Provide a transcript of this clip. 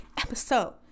episode